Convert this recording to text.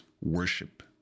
worship